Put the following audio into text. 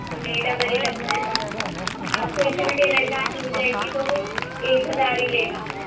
نہیں ڈبل ہی لگتا ہے آپ کوئی سے بھی ٹیلر کے یہاں چلے جائیں گے تو وہ ایک ہزار ہی لے گا